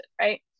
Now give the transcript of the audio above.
right